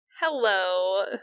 Hello